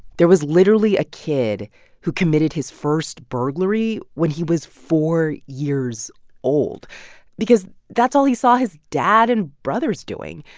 there was literally a kid who committed his first burglary when he was four years old because that's all he saw his dad and brothers doing.